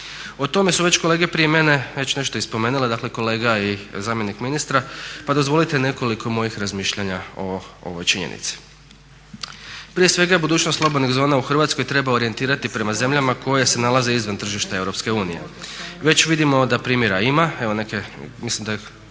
O tome su već kolege prije mene nešto i spomenule, kolega i zamjenik ministra, pa dozvolite nekoliko mojih razmišljanja o ovoj činjenici. Prije svega budućnost slobodnih zona u Hrvatskoj treba orijentirati prema zemljama koje se nalaze izvan tržišta EU. Već vidimo da primjera ima, evo neke mislim da je